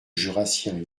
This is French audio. jurassien